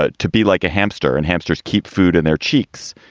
ah to be like a hamster. and hamsters keep food in their cheeks.